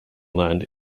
land